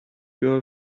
girl